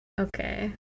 Okay